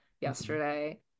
yesterday